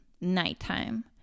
nighttime